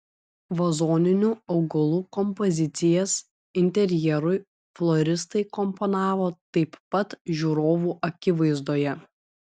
vazoninių augalų kompozicijas interjerui floristai komponavo taip pat žiūrovų akivaizdoje